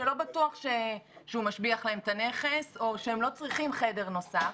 שלא בטוח שהוא משביח להם את הנכס או שהם לא צריכים חדר נוסף,